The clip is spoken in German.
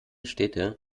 städte